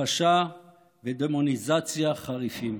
הכפשה ודמוניזציה חריפות.